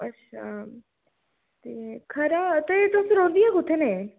अच्छा ते खरा ते तुस रौह्ंदियां कुत्थै नेह्